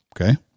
Okay